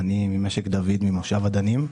אני ממשק דוד ממושב עדנים.